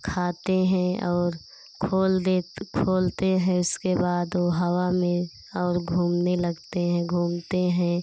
खाते हैं और खोल देत खोलते हैं उसके बाद वो हवा में और घूमने लगते हैं घूमते हैं